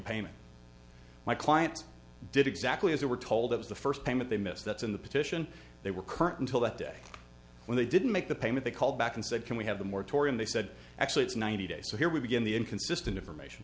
payment my clients did exactly as they were told it was the first payment they missed that's in the petition they were current until that day when they didn't make the payment they called back and said can we have the moratorium they said actually it's ninety days so here we begin the inconsistent information